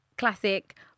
Classic